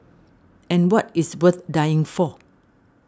and what is worth dying for